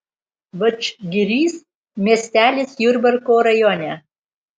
vadžgirys miestelis jurbarko rajone